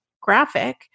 graphic